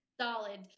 Solid